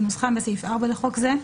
כנוסחן בסעיף 4 לחוק זה,